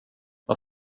vad